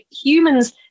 Humans